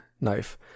knife